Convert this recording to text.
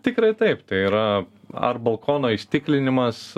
tikrai taip tai yra ar balkono įstiklinimas